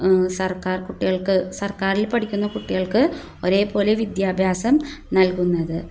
സർക്കാർ കുട്ടികൾക്ക് സർക്കാരിൽ പഠിക്കുന്ന കുട്ടികൾക്ക് ഒരേപോലെ വിദ്യാഭ്യാസം നൽകുന്നത്